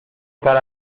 estar